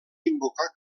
invocar